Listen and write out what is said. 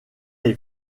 est